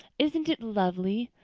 isn't it lovely?